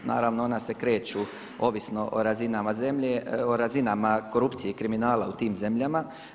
Naravno ona se kreću ovisno o razinama zemlje, o razinama korupcije i kriminala u tim zemljama.